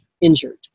injured